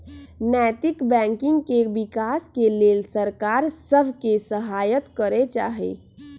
नैतिक बैंकिंग के विकास के लेल सरकार सभ के सहायत करे चाही